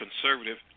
conservative